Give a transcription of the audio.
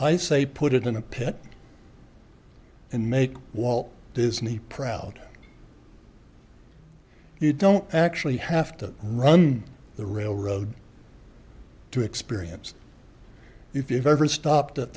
i say put it in a pit and make walt disney proud you don't actually have to run the railroad to experience if you've ever stop